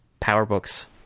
PowerBooks